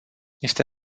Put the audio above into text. este